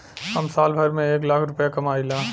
हम साल भर में एक लाख रूपया कमाई ला